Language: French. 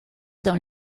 dans